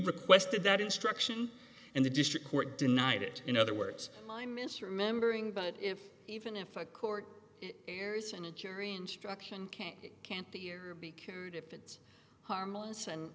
requested that instruction and the district court denied it in other words i'm misremembering but if even if a court errors and a jury instruction can't it can't be or if it's harmless and